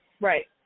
Right